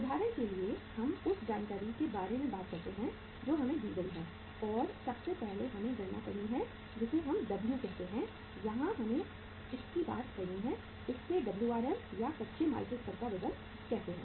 उदाहरण के लिए हम उस जानकारी के बारे में बात करते हैं जो हमें दी गई है और सबसे पहले हमें गणना करनी है जिसे हम W कहते हैं यहां हमें इसकी बात करनी है इससे WRM या कच्चे माल के स्तर का वजन कहते हैं